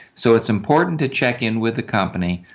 so it's important to check in with the company,